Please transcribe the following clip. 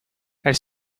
elle